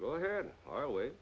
go ahead our way